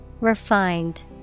Refined